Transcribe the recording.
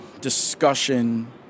discussion